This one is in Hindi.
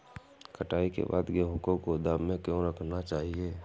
कटाई के बाद गेहूँ को गोदाम में क्यो रखना चाहिए?